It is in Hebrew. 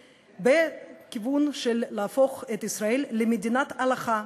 בכיוון של להפוך את ישראל למדינת הלכה,